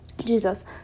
jesus